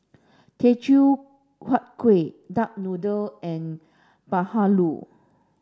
Teochew Huat Kuih duck noodle and Bahulu